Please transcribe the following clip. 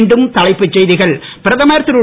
மீண்டும் தலைப்புச் செய்திகள் பிரதமர் திரு